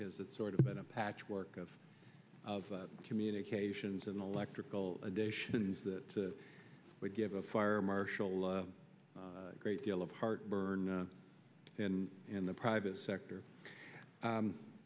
because it's sort of been a patchwork of of communications and electrical additions that would give a fire marshal a great deal of heartburn in the private sector